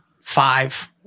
five